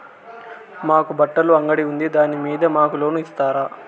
మాకు బట్టలు అంగడి ఉంది దాని మీద మాకు లోను ఇస్తారా